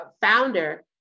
founder